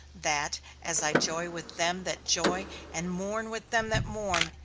that as i joy with them that joy, and mourn with them that mourn,